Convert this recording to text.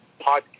podcast